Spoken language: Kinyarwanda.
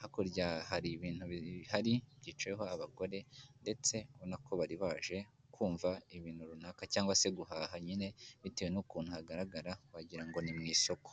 hakurya hari ibintu bihari byicayeho abagore, ndetse ubona ko bari baje kumva ibintu runaka cyangwa se guhaha nyine bitewe n'ukuntu hagaragara wagira ngo ni mu isoko.